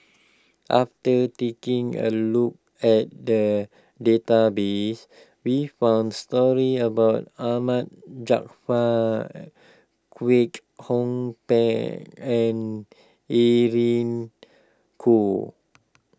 after taking a look at the database we found stories about Ahmad Jaafar Kwek Hong Png and Irene Khong